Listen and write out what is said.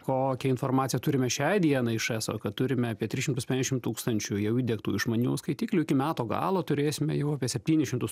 kokią informaciją turime šiai dienai iš eso kad turime apie tris šimtuspenkiasdešim tūkstančių jau įdiegtų išmaniųjų skaitiklių iki metų galo turėsime jau apie septynis šimtus